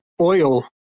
oil